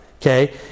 okay